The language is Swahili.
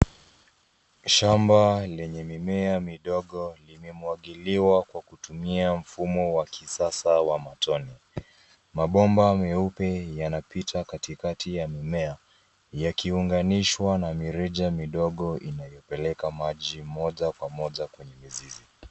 Shamba lenye mimea midogo limemwagiliwa kwa kutumia mfumo wa kisasa wa matone. Mabomba meupe yanapita katikati ya mimea, yakiunganishwa na mirija midogo inayopeleka maji moja kwa moja kwenye mizizi.